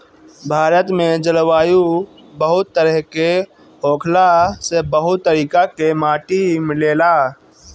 भारत में जलवायु बहुत तरेह के होखला से बहुत तरीका के माटी मिलेला